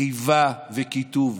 איבה וקיטוב.